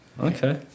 Okay